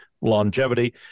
longevity